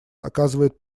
оказывает